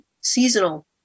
seasonal